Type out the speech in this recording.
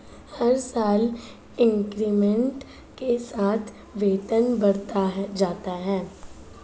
हर साल इंक्रीमेंट के साथ वेतन बढ़ता जाता है